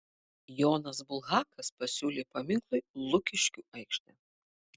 jonas bulhakas pasiūlė paminklui lukiškių aikštę